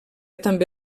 també